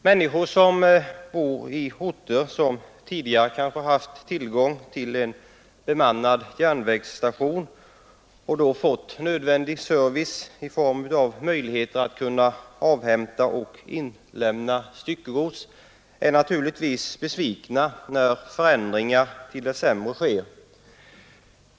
Människor som bor i orter där man tidigare har haft tillgång till en bemannad järnvägsstation och då fått nödvändig service i form av möjligheter att avhämta och inlämna styckegods blir naturligtvis besvikna när förändringar till det sämre sker.